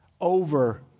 over